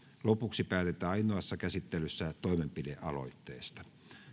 lopuksi päätetään ainoassa käsittelyssä toimenpidealoitteesta